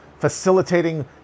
facilitating